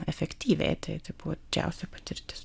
efektyviai tai buvo didžiausia patirtis